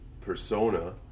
persona